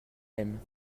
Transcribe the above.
aime